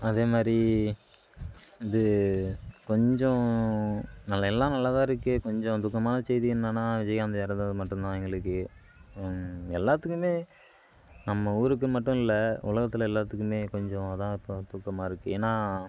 அதே மாதிரி இது கொஞ்சம் நல் எல்லாம் நல்லா தான் இருக்கு கொஞ்சம் துக்கமான செய்தி என்னென்னா விஜயகாந்த் இறந்தது மட்டும் தான் எங்களுக்கு எல்லாத்துக்குமே நம்ம ஊருக்குன்னு மட்டும் இல்லை உலகத்தில் எல்லாத்துக்குமே கொஞ்சம் இதுதான் இப்போ துக்கமாக இருக்குது ஏன்னால்